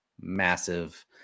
massive